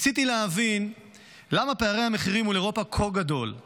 ניסיתי להבין למה פערי המחירים מול אירופה כה גדולים